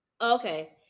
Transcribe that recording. Okay